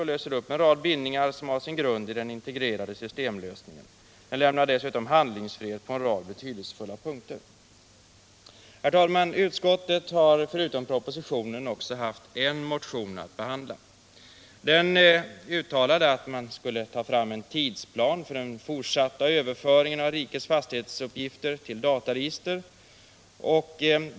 Den löser upp en rad bindningar, som har sin grund i den integrerade systemlösningen, men lämnar dessutom handlingsfrihet på en rad betydelsefulla punkter. Herr talman! Utskottet har förutom propositionen haft en motion att behandla. Den uttalar att man skall ta fram en tidsplan för den fortsatta överföringen av rikets fastighetsuppgifter till dataregister.